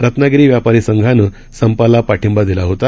रत्नागिरीव्यापारीसंघानंसंपालापाठिंबादिलाहोता